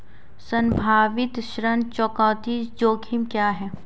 संभावित ऋण चुकौती जोखिम क्या हैं?